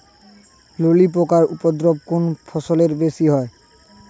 ললি পোকার উপদ্রব কোন ফসলে বেশি হয়?